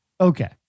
Okay